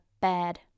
bad